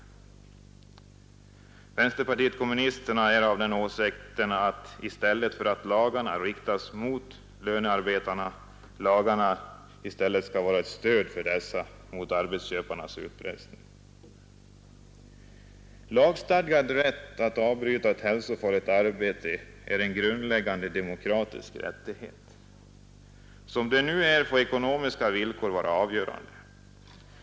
Vänsterpartiet kommunisterna är av den åsikten att lagarna i stället för att riktas mot lönearbetarna skall vara ett stöd för dessa mot arbetsköparnas utpressning. Lagstadgad rätt att avbryta ett hälsofarligt arbete är en grundläggande demokratisk rättighet. Som det nu är får ekonomiska villkor vara avgörande.